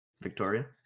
victoria